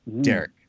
Derek